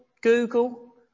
Google